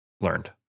learned